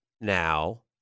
now